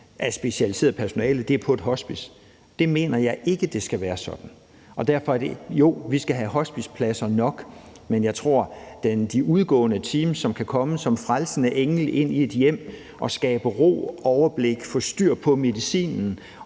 af specialiseret personale, er på et hospice. Sådan mener jeg ikke at det skal være. Jo, vi skal have hospicepladser nok, men jeg tror, at de udgående team, som kan komme som frelsende engle ind i et hjem og skabe ro og overblik, få styr på medicinen